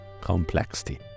complexity